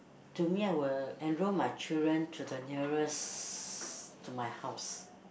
to me I will enroll my children to the nearest to my house